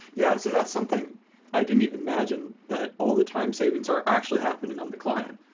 yeah, so that's something i didn't even imagine that all the time savings are actually happening on the client.